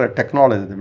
technology